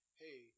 hey